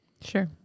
Sure